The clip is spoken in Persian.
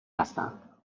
هستند